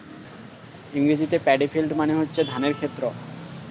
ইংরেজিতে paddy field মানে হচ্ছে ধানের ক্ষেত